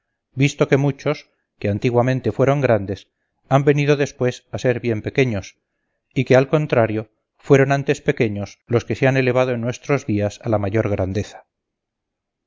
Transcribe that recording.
visto que muchos que antiguamente fueron grandes han venido después a ser bien pequeños y que al contrario fueron antes pequeños los que se han elevado en nuestros días a la mayor grandeza